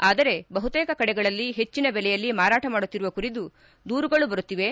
ಆದರೆ ಬಹುತೇಕ ಕಡೆಗಳಲ್ಲಿ ಹೆಚ್ಚಿನ ಬೆಲೆಯಲ್ಲಿ ಮಾರಾಟ ಮಾಡುತ್ತಿರುವ ಕುರಿತು ದೂರುಗಳು ಬರುತ್ತಿವೆ